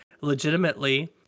legitimately